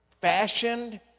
fashioned